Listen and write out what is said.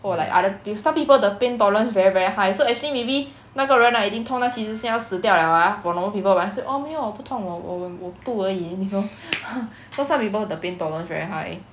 or like other peo~ some people the pain tolerance very very high so actually maybe 那个人 right 已经痛到其实是要死掉了 ah for normal people but he say 哦没有我不痛我我我我 two 而已 you know cause some people the pain tolerance very high